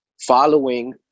following